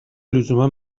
لزوما